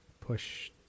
Push